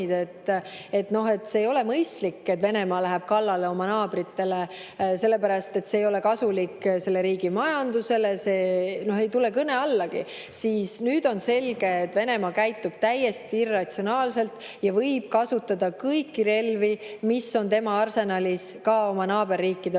no see ei ole mõistlik, et Venemaa läheb kallale oma naabritele, sellepärast et see ei ole kasulik selle riigi majandusele, see ei tule kõne allagi, siis nüüd on selge, et Venemaa käitub täiesti irratsionaalselt ja võib kasutada kõiki relvi, mis on tema arsenalis, ka oma naaberriikide vastu.